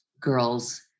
girl's